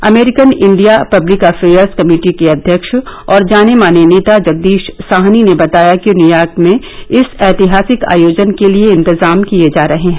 अनरिकन India public affairs committee के अध्यक्ष और जाने माने नेता जगदीश साहनी ने बताया कि न्यूयॉर्क में इस ऐतिहासिक आयोजन के लिए इतजाम किए जा रहे हैं